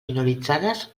minoritzades